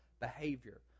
behavior